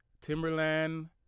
Timberland